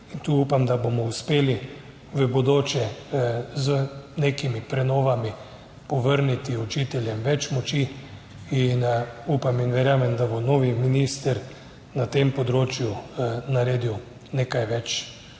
tu upam, da bomo uspeli v bodoče z nekimi prenovami povrniti učiteljem več moči. In upam in verjamem, da bo novi minister na tem področju naredil nekaj več